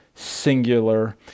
singular